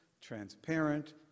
transparent